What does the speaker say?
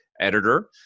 editor